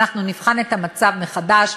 אנחנו נבחן את המצב מחדש,